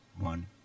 one